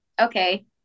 okay